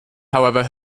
however